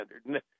standard